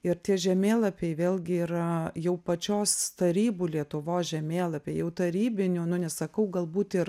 ir tie žemėlapiai vėlgi yra jau pačios tarybų lietuvos žemėlapiai jau tarybinių nu nesakau galbūt ir